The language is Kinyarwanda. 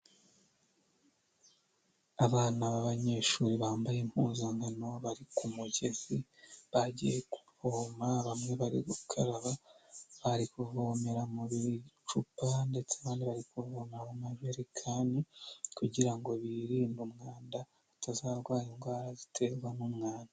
Abana b'abanyeshuri bambaye impuzankano bari ku mugezi bagiye kuvoma. Bamwe bari gukaraba bari kuvomera mu cupa ndetse abandi bari kuvoma mumajerekani, kugira ngo birinde umwanda utazarwara indwara ziterwa n'umwanda.